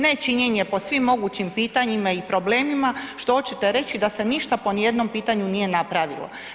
Nečinjenje po svim mogućim pitanjima i problemima što hoćete reći da se ništa po nijednom pitanju nije napravilo.